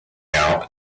out